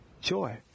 Joy